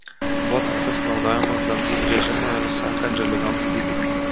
botoksas naudojamas dantų griežimo ir sąkandžio ligoms gydyti